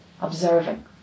observing